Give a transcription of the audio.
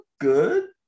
good